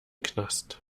knast